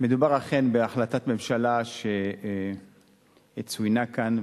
מדובר אכן בהחלטת ממשלה שצוינה כאן.